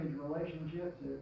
relationships